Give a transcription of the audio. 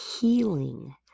healing